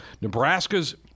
Nebraska's